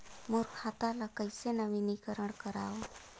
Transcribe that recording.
मोर खाता ल कइसे नवीनीकरण कराओ?